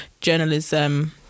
journalism